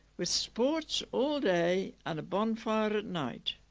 with sports all day and a bonfire at night